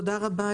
תודה רבה,